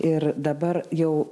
ir dabar jau